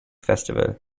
festival